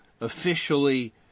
officially